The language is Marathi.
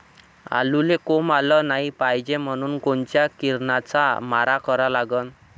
आलूले कोंब आलं नाई पायजे म्हनून कोनच्या किरनाचा मारा करा लागते?